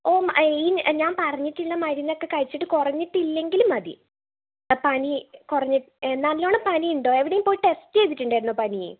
ഈ ഞാൻ പറഞ്ഞിട്ടുള്ള മരുന്നൊക്കെ കഴിച്ചിട്ട് കുറഞ്ഞിട്ടില്ലെങ്കിൽ മതി പനി കുറഞ്ഞ് നല്ലവണം പനി ഉണ്ടോ എവിടേയും പോയി ടെസ്റ്റ് ചെയ്തിട്ടുണ്ടായിരുന്നോ പനി